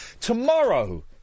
Tomorrow